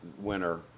winner